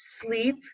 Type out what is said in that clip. sleep